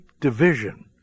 division